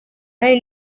nanjye